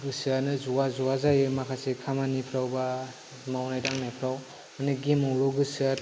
गोसोआनो ज'या ज'या जायो माखासे खामानिफ्राव बा मावनाय दांनायफ्राव माने गेमावल' गोसोआ